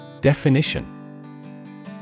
Definition